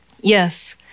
Yes